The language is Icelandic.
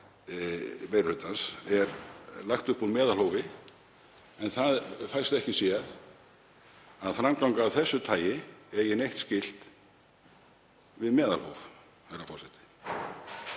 meiri hlutans er lagt upp úr meðalhófi. Það fæst ekki séð að framganga af þessu tagi eigi neitt skylt við meðalhóf.